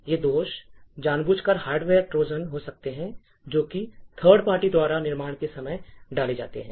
तो ये दोष जानबूझकर हार्डवेयर ट्रोजन हो सकते हैं जो कि थर्ड पार्टी द्वारा निर्माण के समय डाले जाते हैं